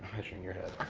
measuring your head,